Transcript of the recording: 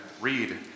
read